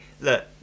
Look